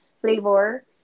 flavor